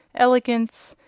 elegance,